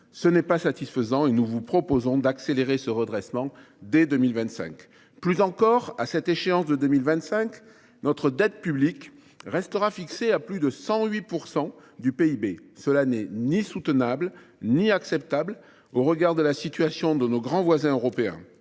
Ce n’est pas satisfaisant, raison pour laquelle nous vous proposons d’accélérer ce redressement dès 2025. Plus encore, à cette même échéance, notre dette publique restera fixée à plus de 108 % du PIB. Cela n’est ni soutenable ni acceptable au regard de la situation de nos grands voisins européens.